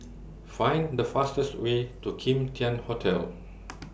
Find The fastest Way to Kim Tian Hotel